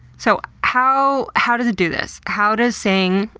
so how how does it do this? how does saying,